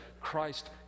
Christ